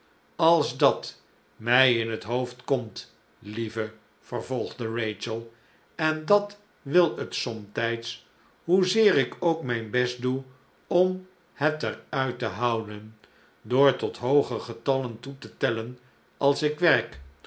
als dat mij in het hoofd komt lieve vervolgde rachel en dat wil het somtijds hoezeer ik ook mijn best doe om het er uit te houden door tot hooge getallen toe te tellen als ik werk